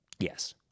Yes